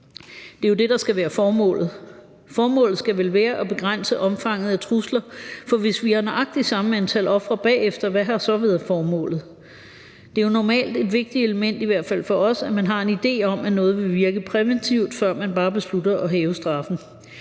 Det er jo det, der skal være formålet. Formålet skal vel være at begrænse omfanget af trusler, for hvis vi har nøjagtig samme antal ofre bagefter, hvad har så været formålet? Det er jo normalt et vigtigt element, i hvert fald for os, at man har en idé om, at noget vil virke præventivt, før man bare beslutter at hæve straffen.